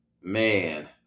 Man